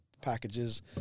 packages